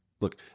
Look